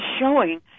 showing